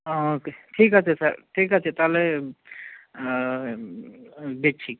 ও কে ঠিক আছে স্যার ঠিক আছে তাহলে দেখছি